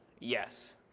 Yes